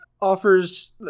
offers